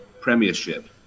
premiership